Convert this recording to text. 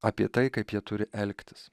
apie tai kaip jie turi elgtis